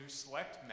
select